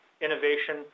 innovation